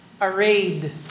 arrayed